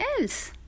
else